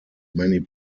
many